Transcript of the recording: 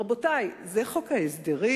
רבותי, זה חוק ההסדרים.